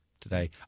today